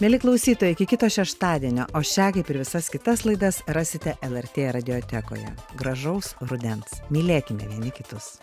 mieli klausytojai iki kito šeštadienio o šią kaip ir visas kitas laidas rasite lrt radiotekoje gražaus rudens mylėkime vieni kitus